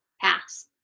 pass